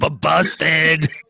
Busted